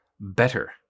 Better